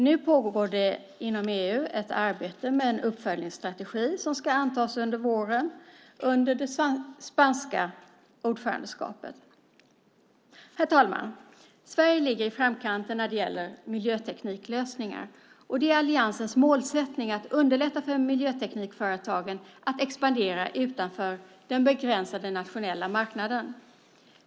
Nu pågår inom EU ett arbete med en uppföljningsstrategi som ska antas till våren under det spanska ordförandeskapet. Herr talman! Sverige ligger i framkanten när det gäller miljötekniklösningar. Alliansens mål är att underlätta för miljöteknikföretagen att expandera utanför den begränsade nationella marknaden.